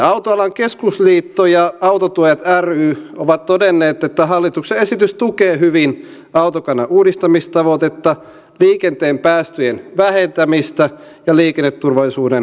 autoalan keskusliitto ja autotuojat ry ovat todenneet että hallituksen esitys tukee hyvin autokannan uudistamistavoitetta liikenteen päästöjen vähentämistä ja liikenneturvallisuuden parantumista